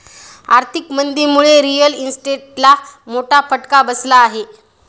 आर्थिक मंदीमुळे रिअल इस्टेटला मोठा फटका बसला आहे